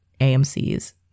AMC's